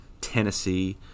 Tennessee